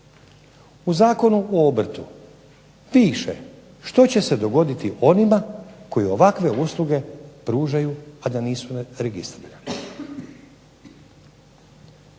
U Zakonu o obrtu, piše što će se dogoditi onima koji ovakve usluge pružaju a da nisu registrirane.